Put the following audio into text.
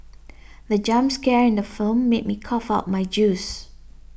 the jump scare in the firm made me cough out my juice